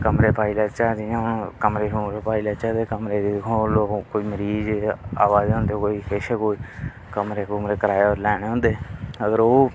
कमरे पाई लैचे जि'यां हून कमरे शमरे पाई लैचे ते कमरे दिक्खो हां कोई मरीज आवा दे हुंदे कोई केश कोई कमरे कुमरे कराए पर लैने हुंदे अगर ओह्